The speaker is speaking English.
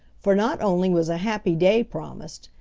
for not only was a happy day promised,